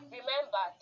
Remember